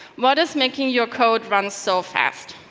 what is making your code run so fast?